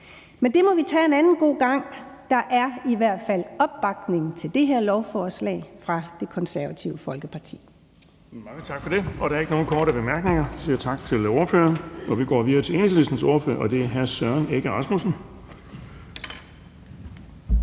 men det må vi tage en anden god gang. Der er i hvert fald opbakning til det her lovforslag fra Det Konservative Folkeparti.